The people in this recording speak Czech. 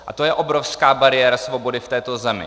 A to je obrovská bariéra svobody v této zemi.